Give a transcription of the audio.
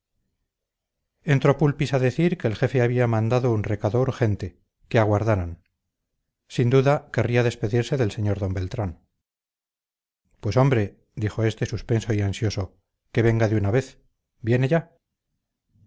entró pulpis a decir que el jefe había mandado un recado urgente que aguardaran sin duda querría despedirse del señor d beltrán pues hombre dijo este suspenso y ansioso que venga de una vez viene ya